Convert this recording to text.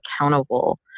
accountable